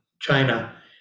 China